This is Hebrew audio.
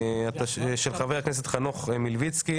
של חבר הכנסת חנוך מלביצקי.